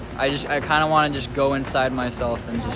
i just kind of want to just go inside myself and